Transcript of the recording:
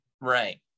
Right